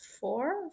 four